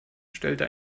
stellte